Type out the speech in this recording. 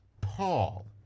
Paul